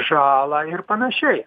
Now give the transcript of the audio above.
žalą ir panašiai